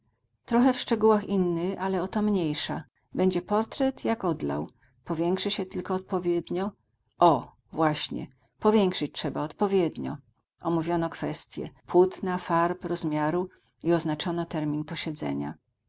trochę w szczegółach inny ale o to mniejsza będzie portret jak odlał powiększy się tylko odpowiednio o właśnie powiększyć trzeba odpowiednio omówiono kwestie płótna farb rozmiaru i oznaczono termin posiedzenia